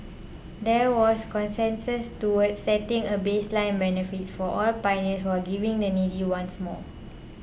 there was consensus towards setting a baseline benefits for all pioneers while giving the needy ones more